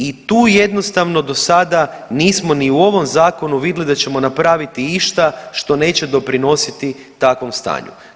I tu jednostavno dosada nismo ni u ovom zakonu vidli da ćemo napraviti išta što neće doprinositi takvom stanju.